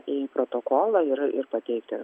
į protokolą ir ir pateikti